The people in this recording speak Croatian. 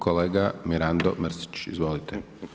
Kolega Mirando Mrsić, izvolite.